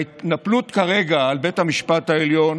וההתנפלות כרגע על בית המשפט העליון